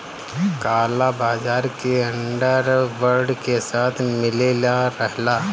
काला बाजार के अंडर वर्ल्ड के साथ मिलले रहला